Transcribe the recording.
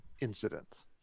incident